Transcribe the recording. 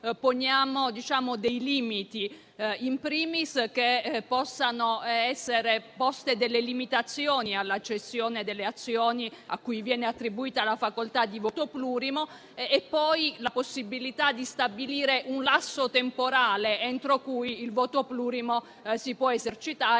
poniamo dei limiti, *in primis* al fatto che possano essere poste delle limitazioni alla cessione delle azioni a cui viene attribuita la facoltà di voto plurimo, e poi introduciamo la possibilità di stabilire un lasso temporale entro cui il voto plurimo si può esercitare,